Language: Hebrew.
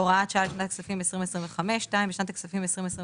הוראת שעה לשנת הכספים 20252. בשנת הכספים 2025